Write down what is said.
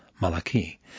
Malachi